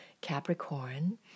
capricorn